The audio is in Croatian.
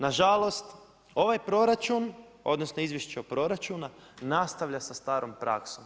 Na žalost, ovaj proračun, odnosno izvješće o proračunu nastavlja sa starom praksom.